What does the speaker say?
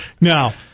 Now